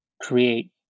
create